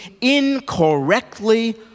incorrectly